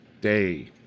day